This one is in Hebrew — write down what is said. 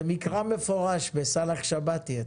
זה מקרא מפורש בסאלח שבתי.